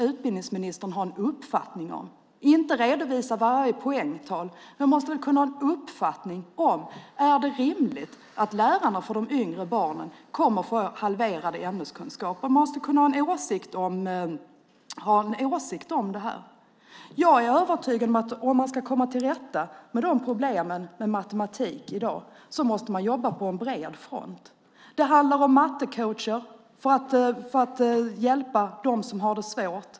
Utbildningsministern måste väl ändå ha en uppfattning, utan att redovisa varje poängtal, om det är rimligt att lärarna för de yngre barnen kommer att få halverade ämneskunskaper. Han måste kunna ha en åsikt om det. Jag är övertygad om att om man ska komma till rätta med de problem med matematik som vi har i dag måste man jobba på bred front. Det handlar om mattecoacher för att hjälpa dem som har det svårt.